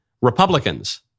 Republicans